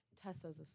Tessa's